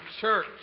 church